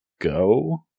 go